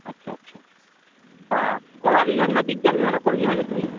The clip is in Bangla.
আচ্ছা আচ্ছা তা কলা বিভাগ না বিজ্ঞান বিভাগ না কোন বিভাগের তুমি